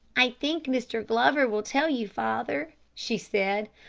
i think mr. glover will tell you, father, she said.